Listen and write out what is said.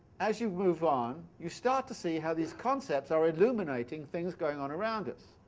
as you move on, you start to see how these concepts are illuminating things going on around us.